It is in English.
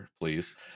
please